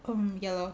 hmm ya lor